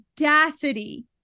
audacity